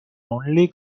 only